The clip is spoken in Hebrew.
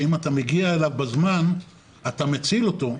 שאם אתה מגיע אליו בזמן אתה מציל אותו,